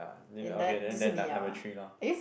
then we okay then then num~ number three loh